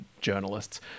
journalists